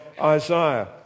Isaiah